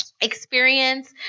experience